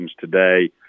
today –